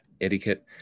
etiquette